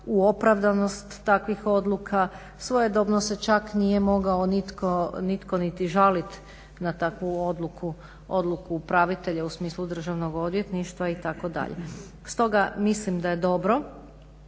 u opravdanost takvih odluka. Svojedobno se čak nije mogao nitko, nitko niti žalit na takvu odluku, odluku upravitelja u smislu državnog odvjetništva itd. Stoga, mislim da je dobro